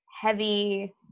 heavy